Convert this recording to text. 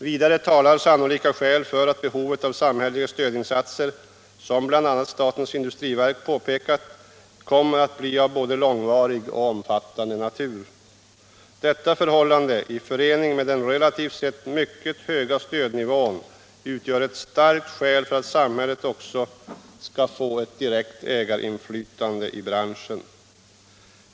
Vidare talar sannolika skäl för att behovet av samhälleliga stödinsatser, som bl.a. statens industriverk påpekar, kommer att bli av både långvarig och omfattande natur. Detta förhållande, i förening med den relativt sett mycket höga stödnivån, utgör ett starkt skäl för att samhället också skall få ett direkt ägarinflytande i branschen.